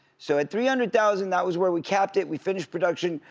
so at three hundred thousand, that was where we capped it, we finished production,